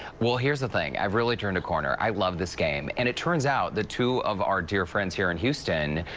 well, here's the thing. i really turned a corner. i love this game. and it turns out two of our dear friends here in houston,